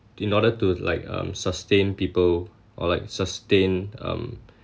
in order to like um sustain people or like sustain um